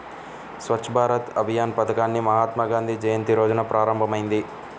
స్వచ్ఛ్ భారత్ అభియాన్ పథకాన్ని మహాత్మాగాంధీ జయంతి రోజున ప్రారంభమైంది